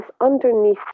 underneath